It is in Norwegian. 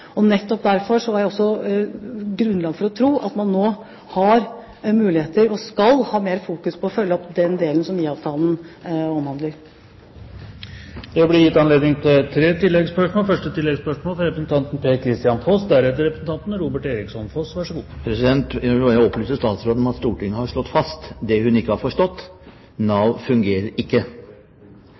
tro at man nå har muligheter, og skal ha mer fokus på å følge opp den delen som IA-avtalen omhandler. Det blir gitt anledning til tre oppfølgingsspørsmål – først Per-Kristian Foss. Jeg vil bare opplyse statsråden om at Stortinget har slått fast det hun ikke har forstått: Nav fungerer ikke.